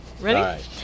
ready